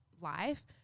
life